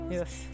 Yes